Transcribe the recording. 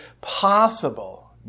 possible